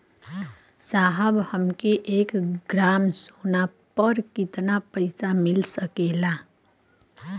साहब हमके एक ग्रामसोना पर कितना पइसा मिल सकेला?